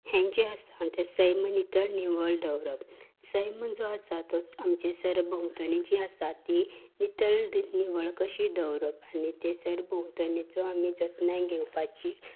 हें जें आसा तें सैम नितळ निवळ दवरप सैम जो आसा तो आमचे सरभोंवतणी जी आसा ती नितळ निवळ कशी दवरप आनी ते सरभोंवतणीचो आमी जतनाय घेवपाची